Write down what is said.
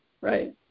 right